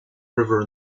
river